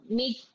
make